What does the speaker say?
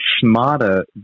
smarter